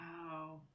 Wow